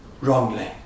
wrongly